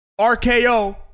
RKO